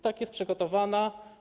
Tak, jest przygotowana.